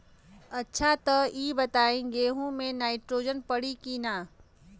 अच्छा त ई बताईं गेहूँ मे नाइट्रोजन पड़ी कि ना?